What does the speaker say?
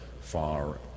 far